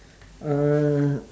uh